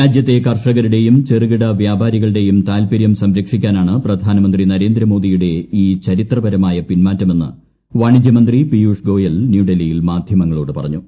രാജ്യത്തെ കർഷകരുടെയും ചെറുകിട വ്യാപാരികളുടെയും താൽപ്പര്യം സംരക്ഷിക്കാനാണ് പ്രധാനമന്ത്രി നരേന്ദ്രമോദിയുടെ ഈ ചരിത്രപരമായ പിൻമാറ്റമെന്ന് വാണിജ്യമന്ത്രി പിയുഷ് ഗോയൽ ന്യൂഡൽഹിയിൽ മാധ്യമങ്ങളോട് പറഞ്ഞു